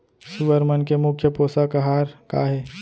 सुअर मन के मुख्य पोसक आहार का हे?